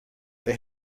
they